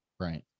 Right